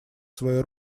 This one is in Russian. свои